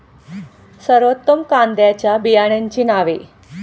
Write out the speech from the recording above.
सर्वोत्तम कांद्यांच्या बियाण्यांची नावे?